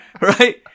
right